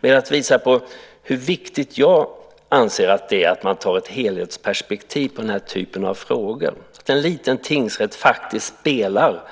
Jag har velat visa hur viktigt jag anser det vara att man har ett helhetsperspektiv på den här typen av frågor. En liten tingsrätt spelar